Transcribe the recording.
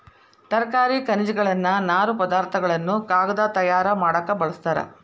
ತರಕಾರಿ ಖನಿಜಗಳನ್ನ ನಾರು ಪದಾರ್ಥ ಗಳನ್ನು ಕಾಗದಾ ತಯಾರ ಮಾಡಾಕ ಬಳಸ್ತಾರ